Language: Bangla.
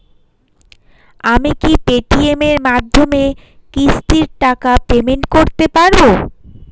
আমি কি পে টি.এম এর মাধ্যমে কিস্তির টাকা পেমেন্ট করতে পারব?